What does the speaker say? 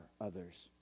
others